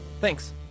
Thanks